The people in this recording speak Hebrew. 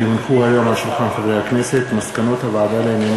כי הונחו היום על שולחן הכנסת מסקנות הוועדה לענייני